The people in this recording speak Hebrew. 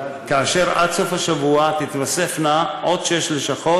ועד סוף השבוע תתווספנה עוד שש לשכות,